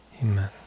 Amen